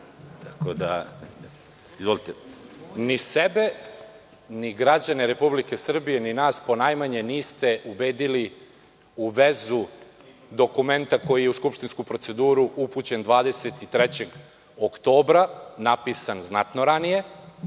Ni sebe ni građane Republike Srbije, ni nas ponajmanje niste ubedili u vezu dokumenta koji je upućen u skupštinsku proceduru 23. oktobra, napisan znatno ranije,